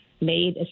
made